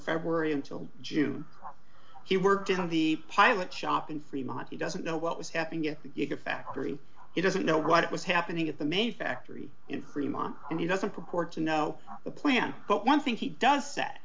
february until june he worked on the pilot shop in fremont he doesn't know what was happening at the gigafactory he doesn't know what was happening at the main factory in fremont and he doesn't purport to know the plan but one thing he does